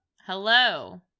Hello